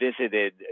visited